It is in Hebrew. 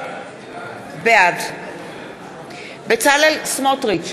בעד בצלאל סמוטריץ,